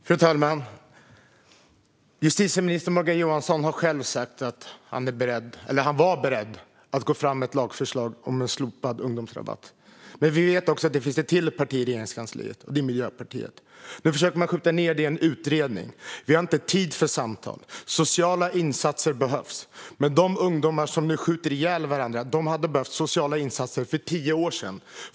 Fru talman! Justitieminister Morgan Johansson har själv sagt att han varit beredd att lägga fram ett lagförslag om en slopad ungdomsrabatt. Men vi vet att det också finns ett till parti i Regeringskansliet, nämligen Miljöpartiet. Nu försöker man stoppa ned detta i en utredning. Vi har inte tid för samtal. Sociala insatser behövs, men de ungdomar som nu skjuter ihjäl varandra hade behövt sociala insatser för tio år sedan.